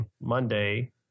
monday